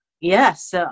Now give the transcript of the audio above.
yes